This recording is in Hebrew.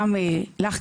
גם לך,